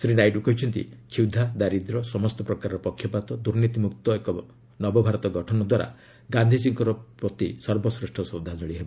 ଶ୍ରୀ ନାଇଡ଼ କହିଛନ୍ତି କ୍ଷ୍ରଧା ଦାରିଦ୍ର୍ୟ ସମସ୍ତପ୍ରକାର ପକ୍ଷପାତ ଦ୍ରର୍ନୀତିମ୍ବକ୍ତ ଏକ ନବଭାରତ ଗଠନ ଦ୍ୱାରା ଗାନ୍ଦୀଜୀଙ୍କ ପ୍ରତି ସର୍ବଶ୍ରେଷ ଶ୍ରଦ୍ଧାଞ୍ଚଳି ହେବ